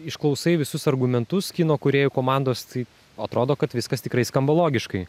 išklausai visus argumentus kino kūrėjų komandos tai atrodo kad viskas tikrai skamba logiškai